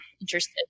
interested